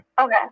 Okay